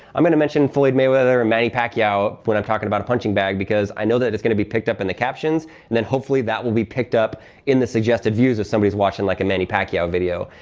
i'm going to mention floyd mayweather, manny pacquiao when i'm talking about a punching bag because i know that it's going to be picked up in the captions and then hopefully that will be picked up in the suggested views if somebody's watching like a manny pacquiao video.